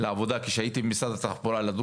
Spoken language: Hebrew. לעבודה לדרוזים כשהייתי במשרד התחבורה.